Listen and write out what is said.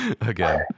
again